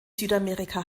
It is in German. südamerika